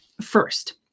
First